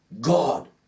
God